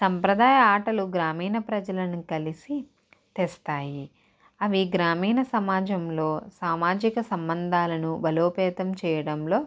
సాంప్రదాయ ఆటలు గ్రామీణ ప్రజలను కలిసి తెస్తాయి అవి గ్రామీణ సమాజంలో సామజిక సంబంధాలను బలోపేతం చేయడంలో